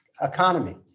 economy